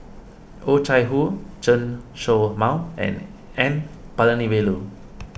Oh Chai Hoo Chen Show Mao and N Palanivelu